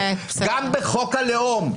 גם בחוק הלאום,